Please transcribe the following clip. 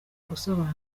gusobanura